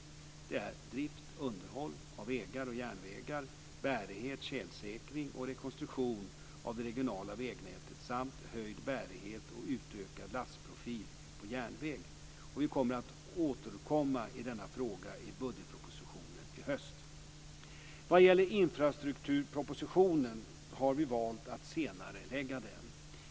Det är drift och underhåll av vägar och järnvägar, bärighet, tjälsäkring och rekonstruktion av det regionala vägnätet samt höjd bärighet och utökad lastprofil på järnväg. Vi kommer att återkomma i denna fråga i budgetpropositionen i höst. Vad gäller infrastrukturpropositionen har vi valt att senarelägga den.